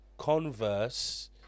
converse